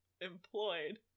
employed